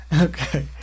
Okay